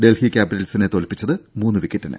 ഡൽഹി കാപ്പിറ്റൽസിനെ തോൽപ്പിച്ചത് മൂന്ന് വിക്കറ്റിന്